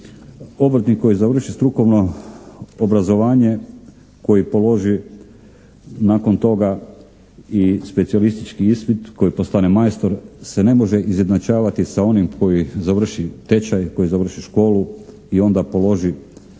Obrtnik koji završi strukovno obrazovanje, koji položi nakon toga i specijalistički ispit, koji postane majstor se ne može izjednačavati sa onim koji završi tečaj, koji završi školu i onda položi